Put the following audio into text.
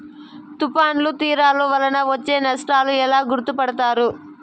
తుఫాను తీరాలు వలన వచ్చే నష్టాలను ఎలా గుర్తుపడతారు?